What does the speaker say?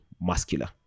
muscular